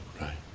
Right